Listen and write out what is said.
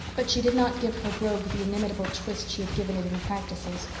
but she did not give her brogue the inimitable twist she had given it in the practices,